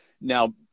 now